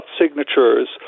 signatures